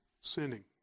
sinning